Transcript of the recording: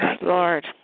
Lord